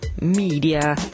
media